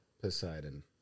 Poseidon